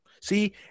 See